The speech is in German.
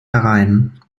herein